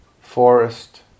forest